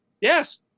Yes